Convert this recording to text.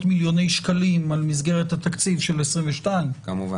מיליוני שקלים על המסגרת התקציב 2022. כמובן.